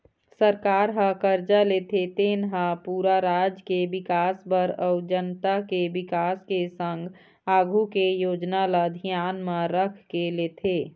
सरकार ह करजा लेथे तेन हा पूरा राज के बिकास बर अउ जनता के बिकास के संग आघु के योजना ल धियान म रखके लेथे